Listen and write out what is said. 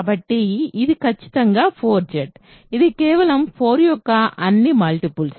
కాబట్టి ఇది ఖచ్చితంగా 4Z ఇది కేవలం 4 యొక్క అన్ని మల్టిపుల్స్